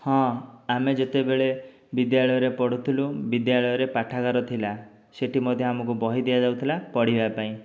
ହଁ ଆମେ ଯେତେବେଳେ ବିଦ୍ୟାଳୟରେ ପଢ଼ୁଥିଲୁ ବିଦ୍ୟାଳୟରେ ପାଠାଗାର ଥିଲା ସେଠି ମଧ୍ୟ ଆମକୁ ବହି ଦିଆଯାଉଥିଲା ପଢ଼ିବା ପାଇଁ